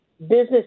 business